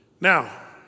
Now